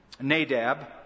Nadab